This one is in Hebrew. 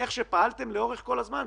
מאיך שפעלתם לאורך כל הזמן.